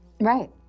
right